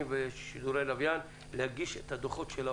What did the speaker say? ולשידורי לוויין להגיש את הדוחות שלה